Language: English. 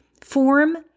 form